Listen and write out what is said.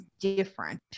different